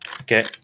Okay